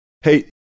Hey